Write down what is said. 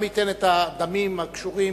גם ייתן את הדמים הקשורים